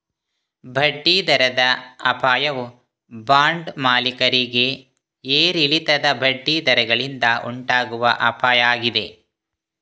ಬಡ್ಡಿ ದರದ ಅಪಾಯವು ಬಾಂಡ್ ಮಾಲೀಕರಿಗೆ ಏರಿಳಿತದ ಬಡ್ಡಿ ದರಗಳಿಂದ ಉಂಟಾಗುವ ಅಪಾಯ ಆಗಿದೆ